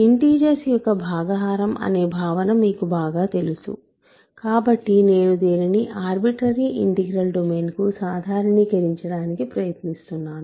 integers యొక్క భాగహారం అనే భావన మీకు బాగా తెలుసు కాబట్టి నేను దీనిని ఆర్బిట్రరీ ఇంటిగ్రల్ డొమైన్కు సాధారణీకరించడానికి ప్రయత్నిస్తున్నాను